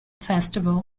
festival